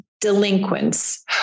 delinquents